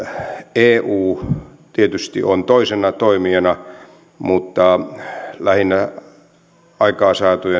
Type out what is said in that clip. eu tietysti on toisena toimijana mutta lähinnä aikaansaatujen